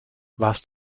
warst